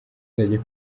bazajya